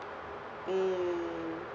mm